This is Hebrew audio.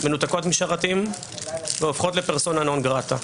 מנותקות משרתים והופכות לפרסונה נון-גרטה.